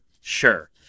sure